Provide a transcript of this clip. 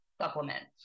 supplements